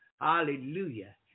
Hallelujah